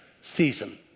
season